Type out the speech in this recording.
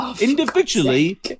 individually